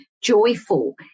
joyful